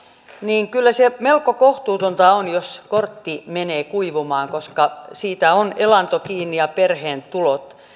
niin kyllä se melko kohtuutonta on jos kortti menee kuivumaan koska siitä on elanto ja perheen tulot kiinni ja